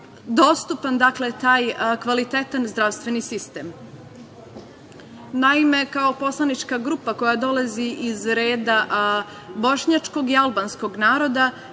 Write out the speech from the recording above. dostupan, dakle, taj kvalitetan zdravstveni sistem. Naime, kao poslanička grupa koja dolazi iz reda bošnjačkog i albanskog naroda,